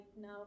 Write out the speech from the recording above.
now